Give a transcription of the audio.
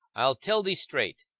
i'll tell thee straight,